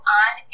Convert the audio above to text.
on